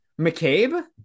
McCabe